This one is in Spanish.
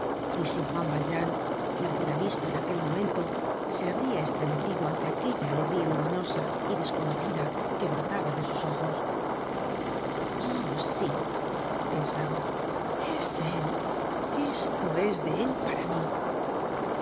y si juan valjean la hubiera visto en aquel momento se habria estremecido ante aquella alegría luminosa y desconocida que brotaba de sus ojos oh sí pensaba es él esto es de él para mí